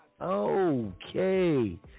Okay